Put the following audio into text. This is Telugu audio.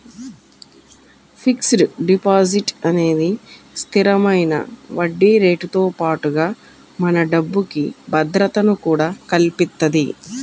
ఫిక్స్డ్ డిపాజిట్ అనేది స్థిరమైన వడ్డీరేటుతో పాటుగా మన డబ్బుకి భద్రతను కూడా కల్పిత్తది